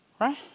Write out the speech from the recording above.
right